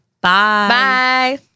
Bye